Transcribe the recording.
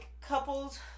couples